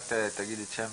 שיר,